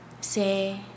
say